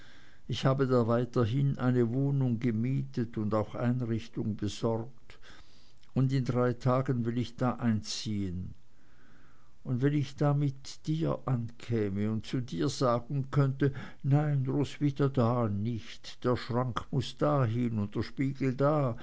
ich habe da weiterhin eine wohnung gemietet und auch einrichtung besorgt und in drei tagen will ich da einziehen und wenn ich da mit dir ankäme und zu dir sagen könnte nein roswitha da nicht der schrank muß dahin und der spiegel da